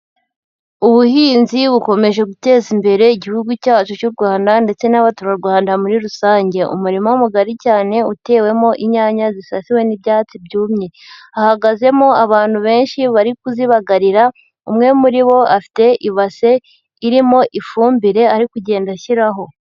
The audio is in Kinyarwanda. Ubuhinzi bukomeje guteza imbere Igihugu cyacu cy'u Rwanda ndetse n'abaturarwanda muri rusange, umurimo mugari cyane utewemo inyanya zisasiwe n'ibyatsi byumye, hahagazemo abantu benshi bari kuzibagarira, umwe muri bo afite ibase irimo ifumbire ari kugenda ashyiraho.